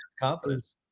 confidence